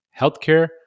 healthcare